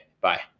Bye